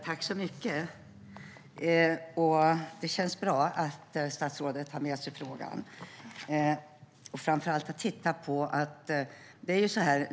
Herr talman! Det känns bra att statsrådet tar med sig frågan och tittar på den.